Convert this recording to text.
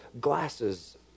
glasses